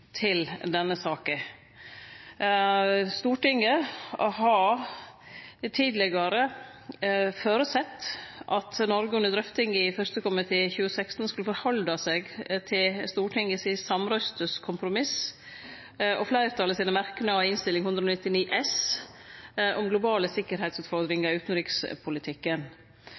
til denne saka. Stortinget har tidlegare føresett at Noreg under drøftinga i 1. komiteen i 2016 skulle halde seg til Stortingets samrøystes kompromiss og fleirtalets merknader i Innst. 199 S for 2015–2016 om globale sikkerheitsutfordringar i utanrikspolitikken.